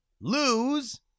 lose